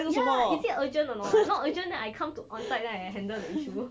ya is it urgent or not not urgent then I come to onsite then I handle the issue